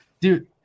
Dude